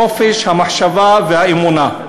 חופש המחשבה והאמונה.